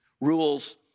Rules